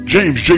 James